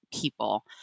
people